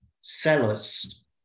Sellers